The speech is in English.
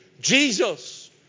Jesus